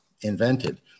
invented